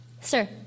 sir